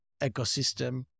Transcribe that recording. ecosystem